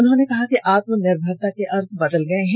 उन्होंने कहा कि आत्मनिर्भरता के अर्थ बदल गए हैं